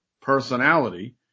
personality